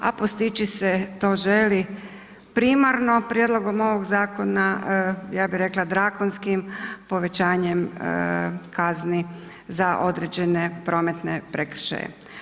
A postići se to želi primarno prijedlogom ovog zakona ja bih rekla drakonskim povećanjem kazni za određene prometne prekršaje.